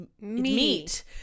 meat